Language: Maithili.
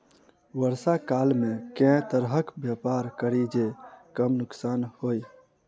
वर्षा काल मे केँ तरहक व्यापार करि जे कम नुकसान होइ?